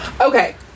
Okay